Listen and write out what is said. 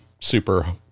super